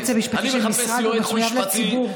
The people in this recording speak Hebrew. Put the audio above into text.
היועץ המשפטי של משרד מחויב לציבור.